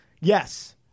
yes